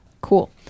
cool